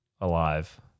alive